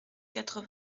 quatre